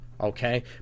okay